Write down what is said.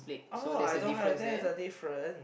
oh I don't have there is a different